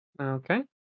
Okay